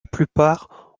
plupart